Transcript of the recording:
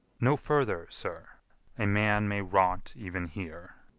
no further, sir a man may rot even here.